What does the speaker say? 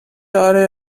اره